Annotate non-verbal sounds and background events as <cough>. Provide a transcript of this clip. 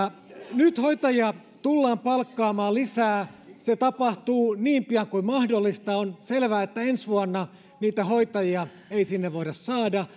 nyt hoitajia tullaan palkkaamaan lisää se tapahtuu niin pian kuin mahdollista on selvää että ensi vuonna niitä hoitajia ei sinne voida saada <unintelligible>